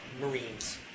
marines